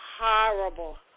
Horrible